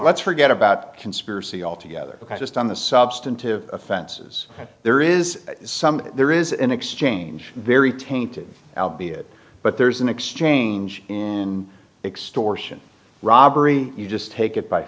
let's forget about conspiracy altogether because just on the substantive offenses there is some there is an exchange very tainted albi it but there's an exchange and extortion robbery you just take it by